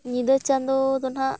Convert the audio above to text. ᱧᱤᱫᱟᱹ ᱪᱟᱸᱫᱳ ᱫᱚ ᱱᱟᱦᱟᱜ